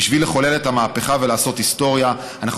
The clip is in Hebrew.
בשביל לחולל את המהפכה ולעשות היסטוריה אנחנו